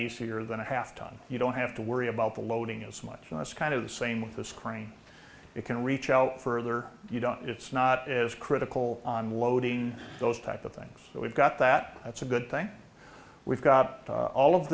easier than a half ton you don't have to worry about the loading as much and that's kind of the same with this crane it can reach out further you don't it's not as critical on loading those type of things that we've got that it's a good thing we've got all of